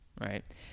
right